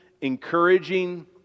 encouraging